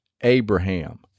abraham